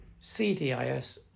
CDIS